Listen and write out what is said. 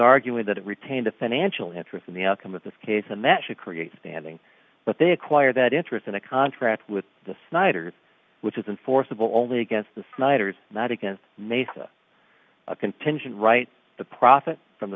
arguing that it retained a financial interest in the outcome of this case and that should create standing but they acquire that interest in a contract with the snyders which is in forcible only against the snyders not against mesa a contingent right to profit from the